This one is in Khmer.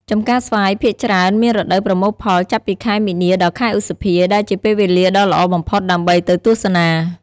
ចម្ការស្វាយភាគច្រើនមានរដូវប្រមូលផលចាប់ពីខែមីនាដល់ខែឧសភា ដែលជាពេលវេលាដ៏ល្អបំផុតដើម្បីទៅទស្សនា។